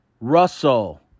Russell